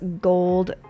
gold